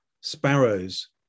sparrows